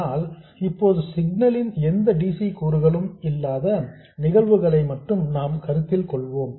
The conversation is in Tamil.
ஆனால் இப்போது சிக்னலின் எந்த dc கூறுகளும் இல்லாத நிகழ்வுகளை மட்டும் நாம் கருத்தில் கொள்வோம்